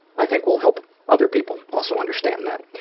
i think will help other people also understand that.